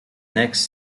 next